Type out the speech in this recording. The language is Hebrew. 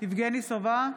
יבגני סובה,